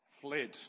fled